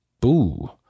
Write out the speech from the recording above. Boo